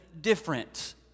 different